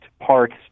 parts